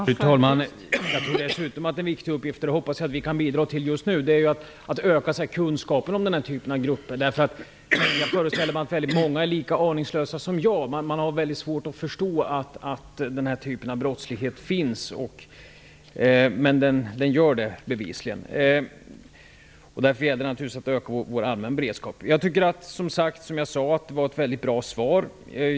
Fru talman! Jag tror dessutom att det är en viktig uppgift att öka kunskapen om den här typen av grupper, och jag hoppas att vi kan bidra till det. Jag föreställer mig att många är lika aningslösa som jag; man har svårt att förstå att den här typen av brottslighet finns. Men det gör den bevisligen. Därför gäller det naturligtvis att öka vår allmänna beredskap. Det var alltså ett väldigt bra svar.